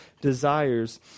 desires